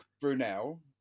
Brunel